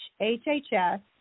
HHS